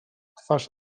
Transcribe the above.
twarz